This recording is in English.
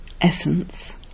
Essence